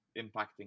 impacting